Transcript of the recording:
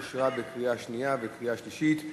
אושרה בקריאה שנייה ובקריאה שלישית,